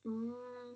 mm